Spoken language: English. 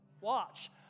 Watch